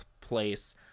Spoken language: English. place